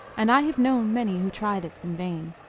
and i have known many who tried it in vain.